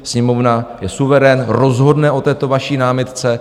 Sněmovna je suverén, rozhodne o této vaší námitce.